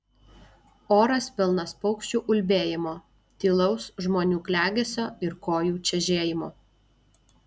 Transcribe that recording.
oras pilnas paukščių ulbėjimo tylaus žmonių klegesio ir kojų čežėjimo